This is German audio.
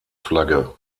flagge